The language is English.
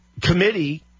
committee